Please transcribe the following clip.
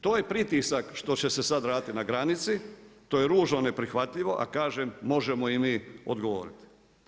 To je pritisak što će se sada raditi na granici, to je ružno neprihvatljivo, a kažem možemo i mi odgovoriti.